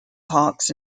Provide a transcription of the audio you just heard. parks